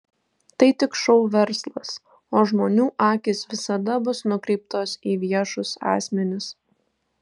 tai tik šou verslas o žmonių akys visada bus nukreiptos į viešus asmenis